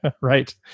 Right